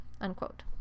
unquote